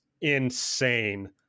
insane